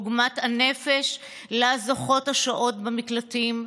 על עוגמת הנפש של השוהות במקלטים.